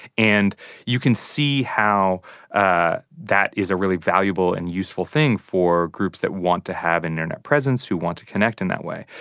and you can see how ah that is a really valuable and useful thing for groups that want to have an internet presence, who want to connect in that way.